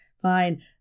fine